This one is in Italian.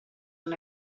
non